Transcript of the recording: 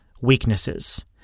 weaknesses